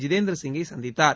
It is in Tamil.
ஜிதேந்திர சிங்கை சந்தித்தார்